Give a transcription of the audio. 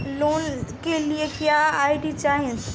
Loan के लिए क्या आई.डी चाही?